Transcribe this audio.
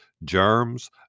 germs